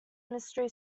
mystery